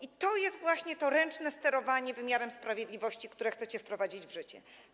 I to jest właśnie to ręczne sterowanie wymiarem sprawiedliwości, które chcecie wprowadzić w życie.